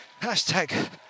Hashtag